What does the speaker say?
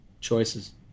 Choices